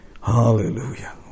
Hallelujah